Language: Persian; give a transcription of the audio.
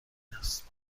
است